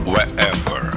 Wherever